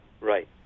Right